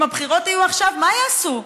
אם הבחירות יהיו עכשיו, מה יעשו?